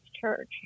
church